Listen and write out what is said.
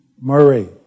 Murray